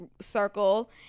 circle